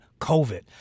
COVID